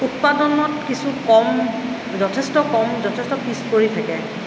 উৎপাদনত কিছু কম যথেষ্ট কম যথেষ্ট পিছপৰি থাকে